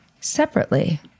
separately